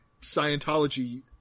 scientology